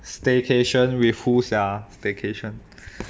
staycation with who sia vacation